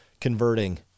converting